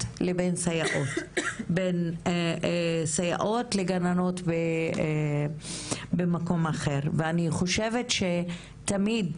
לבין סייעות ולבין גננות במקום אחר ואני חושבת שתמיד